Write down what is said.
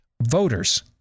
voters